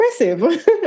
impressive